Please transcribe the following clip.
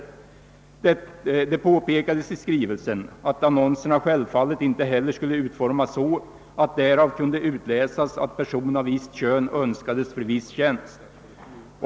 Det påpekades i skrivelsen, att annonserna självfallet inte heller skulle utformas så, att därav kunde utläsas att person av visst kön önskades för viss tjänst.